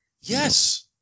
Yes